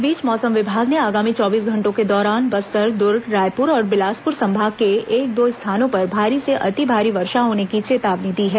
इस बीच मौसम विभाग ने आगामी चौबीस घंटों के दौरान बस्तर दुर्ग रायपुर और बिलासपुर संभाग के एक दो स्थानों पर भारी से अति भारी वर्षा होने की चेतावनी दी है